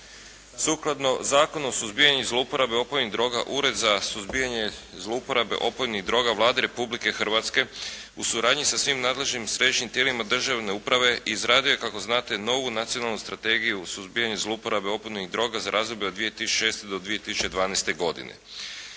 Sukladno Zakonu o suzbijanju zlouporabe opojnih droga, Ured za suzbijanje zlouporabe opojnih droga Vlade Republike Hrvatske u suradnji sa svim nadležnim središnjim tijelima državne uprave izradio je kako znate novu Nacionalnu strategiju o suzbijanju zlouporabe opojnih droga za razdoblje od 2006. do 2012. godine.